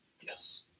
Yes